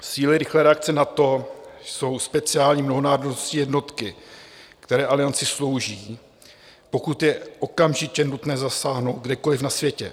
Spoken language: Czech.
Síly rychlé reakce NATO jsou speciální mnohonárodní jednotky, které Alianci slouží, pokud je okamžitě nutné zasáhnout kdekoli na světě.